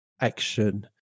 action